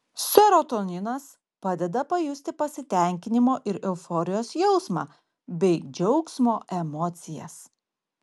serotoninas padeda pajusti pasitenkinimo ir euforijos jausmą bei džiaugsmo emocijas